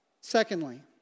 Secondly